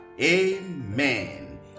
Amen